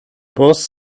boss